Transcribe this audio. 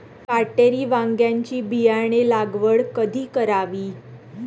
काटेरी वांग्याची बियाणे लागवड कधी करावी?